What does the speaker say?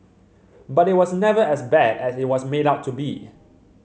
but it was never as bad as it was made out to be